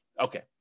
okay